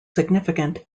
significant